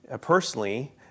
personally